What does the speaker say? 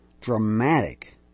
dramatic